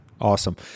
Awesome